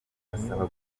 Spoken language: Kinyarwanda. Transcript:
asaba